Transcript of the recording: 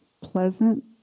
pleasant